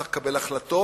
צריך לקבל החלטות,